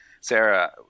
Sarah